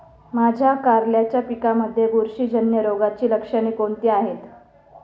माझ्या कारल्याच्या पिकामध्ये बुरशीजन्य रोगाची लक्षणे कोणती आहेत?